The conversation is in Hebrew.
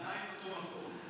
זה עדיין אותו מקום.